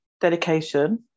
dedication